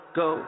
go